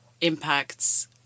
impacts